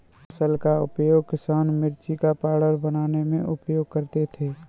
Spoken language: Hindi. मुसल का उपयोग किसान मिर्ची का पाउडर बनाने में उपयोग करते थे